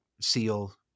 seal